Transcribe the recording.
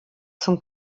zum